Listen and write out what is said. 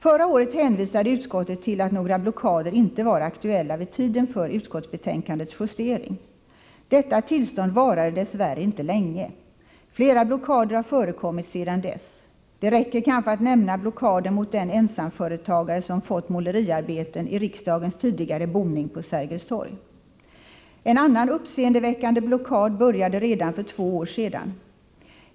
Förra året hänvisade utskottet till att några blockader inte var aktuella vid tiden för utskottsbetänkandets justering. Detta tillstånd varade dess värre inte länge. Flera blockader har förekommit sedan dess. Det räcker kanske att nämna blockaden mot den ensamföretagare som fått måleriarbeten i riksdagens tidigare boning vid Sergels torg. En annan uppseendeväckande blockad började redan för två år sedan.